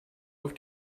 auf